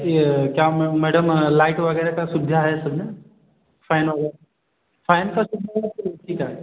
यह क्या ma'am madam light वगैरह की सुविधा है फ़िर ना फैन होगा फैन का